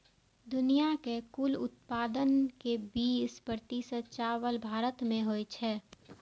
दुनिया के कुल उत्पादन के बीस प्रतिशत चावल भारत मे होइ छै